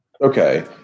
Okay